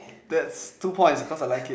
that's two points cause I like it